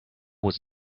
was